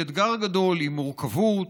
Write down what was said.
היא אתגר גדול עם מורכבות,